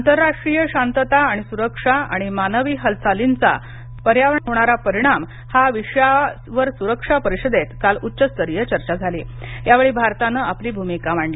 आंतरराष्ट्रीय शांतता आणि सुरक्षा आणि मानवी हालचालींचा पर्यावरणावर होणारा परिणाम या विषयावर सुरक्षा परिषदेत काल उच्चस्तरीय चर्चा झाली यावेळी भारतानं आपली ठाम भूमिका मांडली